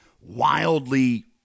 wildly